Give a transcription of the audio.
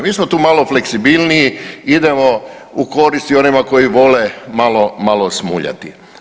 Mi smo tu malo fleksibilniji idemo u korist i onima koji vole malo, malo smuljati.